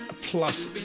Plus